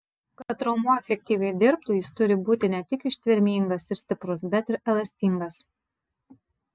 kad raumuo efektyviai dirbtų jis turi būti ne tik ištvermingas ir stiprus bet ir elastingas